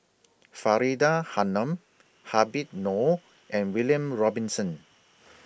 Faridah Hanum Habib Noh and William Robinson